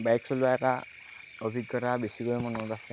bike চলোৱা এটা অভিজ্ঞতা বেছিকৈ মনত আছে